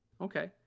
okay